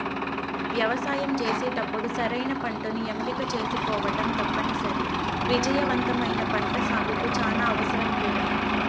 వ్యవసాయం చేసేటప్పుడు సరైన పంటను ఎంపిక చేసుకోవటం తప్పనిసరి, విజయవంతమైన పంటసాగుకు చానా అవసరం కూడా